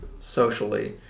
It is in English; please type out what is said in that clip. socially